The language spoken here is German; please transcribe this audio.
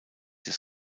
des